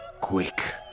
quick